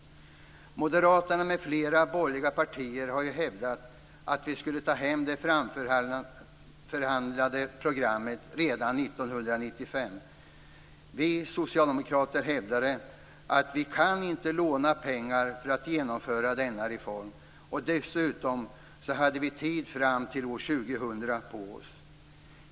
Moderaterna m.fl. borgerliga partier har hävdat att vi skulle ta hem det framförhandlade programmet redan 1995. Vi socialdemokrater hävdade att vi inte kan låna pengar för att genomföra denna reform. Dessutom har vi tid på oss fram till år 2000.